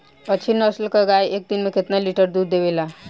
अच्छी नस्ल क गाय एक दिन में केतना लीटर दूध देवे ला?